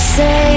say